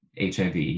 HIV